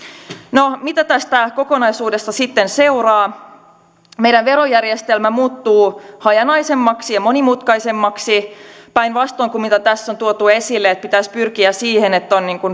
no mitä tästä kokonaisuudesta sitten seuraa meidän verojärjestelmä muuttuu hajanaisemmaksi ja monimutkaisemmaksi päinvastoin kuin mitä tässä on tuotu esille että pitäisi pyrkiä siihen että on